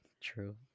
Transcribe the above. True